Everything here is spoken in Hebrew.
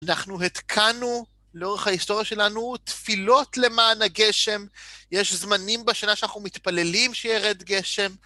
אנחנו התקנו, לאורך ההיסטוריה שלנו, תפילות למען הגשם. יש זמנים בשנה שאנחנו מתפללים שירד גשם.